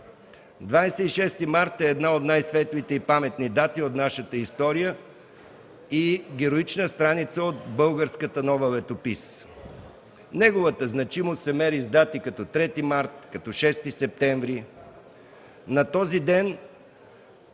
март е една от най-светлите и паметни дати от нашата история и героична страница от българската нова летопис. Неговата значимост се мери с дати като 3 март, като 6 септември.